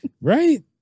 Right